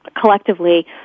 collectively